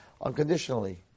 unconditionally